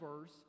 verse